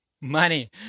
money